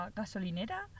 gasolinera